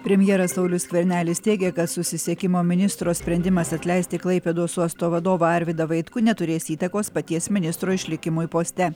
premjeras saulius skvernelis teigia kad susisiekimo ministro sprendimas atleisti klaipėdos uosto vadovą arvydą vaitkų neturės įtakos paties ministro išlikimui poste